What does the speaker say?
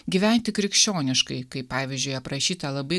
gyventi krikščioniškai kaip pavyzdžiui aprašyta labai